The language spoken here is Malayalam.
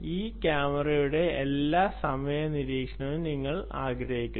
ഈ ക്യാമറയുടെ എല്ലാ സമയ നിരീക്ഷണവും നിങ്ങൾ ആഗ്രഹിക്കുന്നു